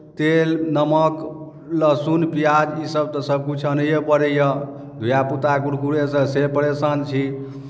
तेल नमक लहसुन प्याज ईसभ तऽ सभकिछु अनैए पड़ैए धियापुता कुरकुरेसँ से परेशान छी